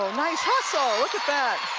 ah nice hustle look at that